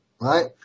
right